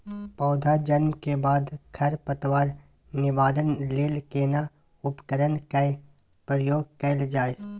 पौधा जन्म के बाद खर पतवार निवारण लेल केना उपकरण कय प्रयोग कैल जाय?